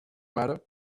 matter